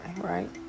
right